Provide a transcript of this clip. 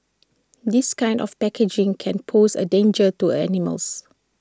this kind of packaging can pose A danger to animals